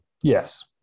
yes